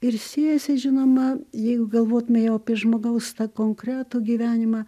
ir siejasi žinoma jeigu galvotume jau apie žmogaus tą konkretų gyvenimą